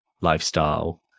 lifestyle